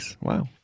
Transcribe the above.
Wow